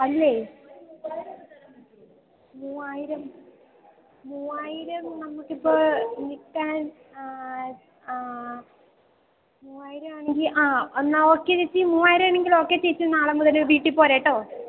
അല്ലേ മൂവായിരം മൂവായിരം നമുക്ക് ഇപ്പോൾ നിൽക്കാന് മൂവായിരം ആണെങ്കില് ആ എന്നാൽ ഓക്കെ ചേച്ചി മൂവായിരം ആണെങ്കില് ഓക്കെ ചേച്ചി നാളെ മുതൽ വീട്ടിൽ പോരെ കേട്ടോ